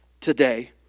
today